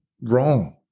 wrong